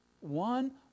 one